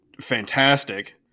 fantastic